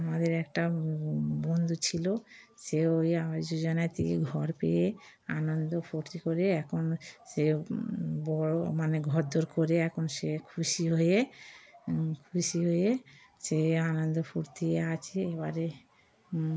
আমাদের একটা বন্ধু ছিলো সে ওই আবাস যোজনা থেকে ঘর পেয়ে আনন্দ ফুর্তি করে এখন সে বড়ো মানে ঘরদোর করে এখন সে খুশি হয়ে খুশি হয়ে সে আনন্দ ফুর্তি আছে এবারে